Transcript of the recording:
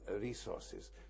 Resources